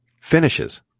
finishes